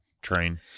train